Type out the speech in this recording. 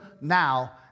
now